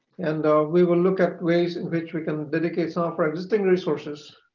and we will look at ways in which we can dedicate some of our existing resources